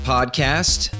Podcast